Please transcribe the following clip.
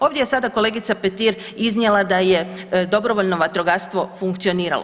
Ovdje je sada kolegica Petir iznijela da je dobrovoljno vatrogastvo funkcioniralo.